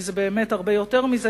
כי זה באמת הרבה יותר מזה,